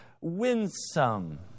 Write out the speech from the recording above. winsome